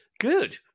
Good